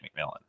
McMillan